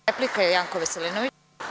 Replika, Janko Veselinović.